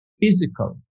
physical